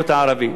זה לא נכון.